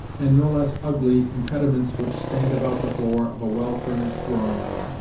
and no less ugly, impediments which stand about the floor of a well-furnished drawing-room.